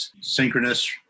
synchronous